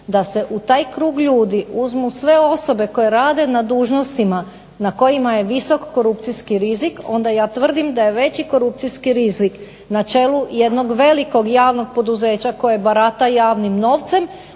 da se u taj krug ljudi uzmu sve osobe koje rade na dužnostima na kojima je visok korupcijski rizik onda ja tvrdim da je veći korupcijski rizik na čelu jednog velikog javnog poduzeća koje barata javnim novcem,